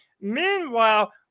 Meanwhile